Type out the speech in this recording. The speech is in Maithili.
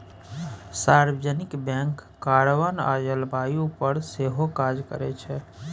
सार्वजनिक बैंक कार्बन आ जलबायु पर सेहो काज करै छै